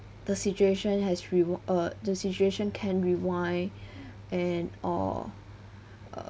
the situation has rewa~ uh the situation can rewind and or